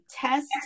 test